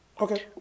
Okay